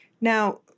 Now